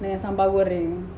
dengan sambal goreng